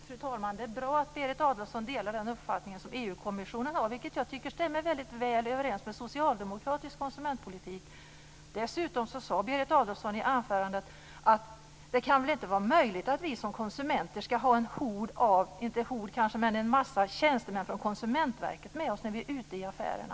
Fru talman! Det är bra att Berit Adolfsson delar den uppfattning som EU-kommissionen har. Det stämmer väldigt väl överens med socialdemokratisk konsumentpolitik. Dessutom sade Berit Adolfsson i anförandet att det väl inte kan vara möjligt att vi som konsumenter skall ha en massa tjänstemän från Konsumentverket med oss när vi är ute i affärerna.